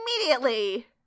immediately